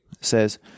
says